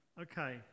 Okay